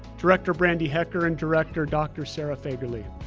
director brandy hekker, and director dr. sara fagerlie.